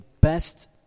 best